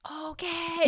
Okay